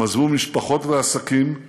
הם עזבו משפחות ועסקים,